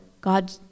God